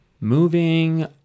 Moving